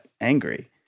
angry